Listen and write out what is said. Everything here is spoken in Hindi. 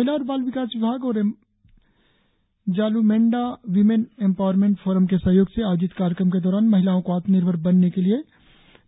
महिला और बाल विकास विभाग और एंजालूमेंडा वीमेन एम्पावरमेंट फोरम के सहयोग से आयोजित कार्यक्रम के दौरान महिलाओं को आत्मनिर्भर बनने के लिए